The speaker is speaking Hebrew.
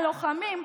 הלוחמים,